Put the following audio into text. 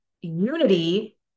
unity